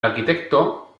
arquitecto